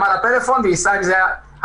השאלה היא לא אלי.